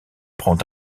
prend